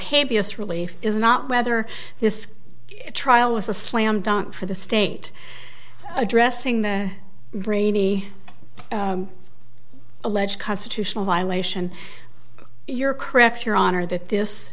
habeas relief is not whether this trial is a slam dunk for the state addressing the brainy alleged constitutional violation you're correct your honor that this